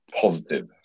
positive